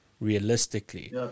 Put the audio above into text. realistically